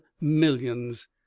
millions